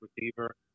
receiver